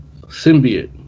symbiote